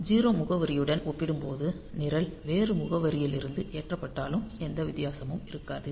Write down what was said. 0 முகவரியுடன் ஒப்பிடும்போது நிரல் வேறு முகவரியிலிருந்து ஏற்றப்பட்டாலும் எந்த வித்தியாசமும் இருக்காது